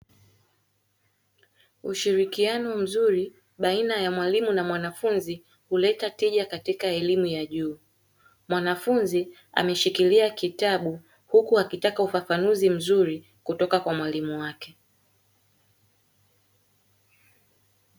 Ushirikiano mzuri baina ya mwalimu na mwanafunzi huleta tija katika elimu ya juu mwanafunzi ameshikilia kitabu huku akitaka ufafanuzi mzuri kutoka kwa mwalimu wake.